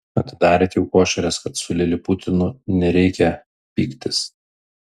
atidarėt jau košeres kad su liliputinu nereikia pyktis